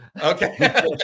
Okay